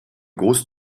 grosse